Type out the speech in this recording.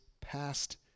past